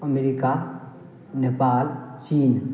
अमरीका नेपाल चीन